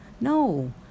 no